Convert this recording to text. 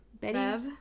Betty